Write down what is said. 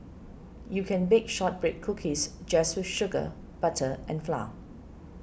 you can bake Shortbread Cookies just with sugar butter and flour